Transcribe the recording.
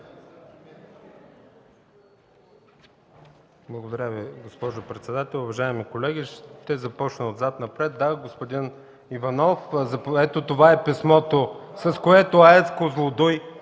Благодаря Ви, госпожо председател. Уважаеми колеги, ще започна отзад напред. Да, господин Иванов, ето това е писмото (показва